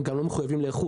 הם גם לא מחויבים לאיכות,